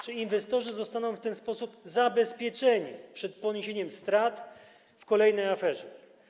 Czy inwestorzy zostaną w ten sposób zabezpieczeni przed poniesieniem strat w kolejnej aferze?